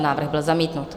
Návrh byl zamítnut.